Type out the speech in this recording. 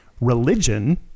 religion